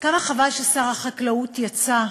כמה חבל ששר החקלאות יצא,